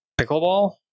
pickleball